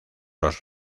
los